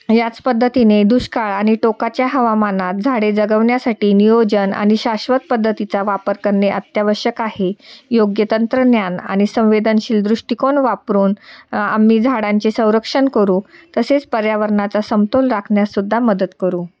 याच पद्धतीने दुष्काळ आणि टोकाच्या हवामानात झाडे जगवण्यासाठी नियोजन आणि शाश्वत पद्धतीचा वापर करणे अत्यावश्यक आहे योग्य तंत्रज्ञान आणि संवेदनशील दृष्टिकोन वापरून आम्ही झाडांचे संरक्षण करू तसेच पर्यावरणाचा समतोल राखण्यात सुद्धा मदत करू